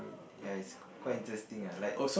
ya is quite interesting ah like